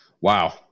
Wow